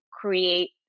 create